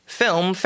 film